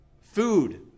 food